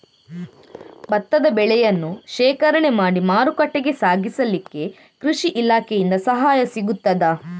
ಭತ್ತದ ಬೆಳೆಯನ್ನು ಶೇಖರಣೆ ಮಾಡಿ ಮಾರುಕಟ್ಟೆಗೆ ಸಾಗಿಸಲಿಕ್ಕೆ ಕೃಷಿ ಇಲಾಖೆಯಿಂದ ಸಹಾಯ ಸಿಗುತ್ತದಾ?